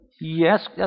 Yes